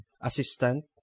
assistant